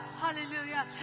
Hallelujah